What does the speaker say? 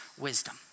wisdom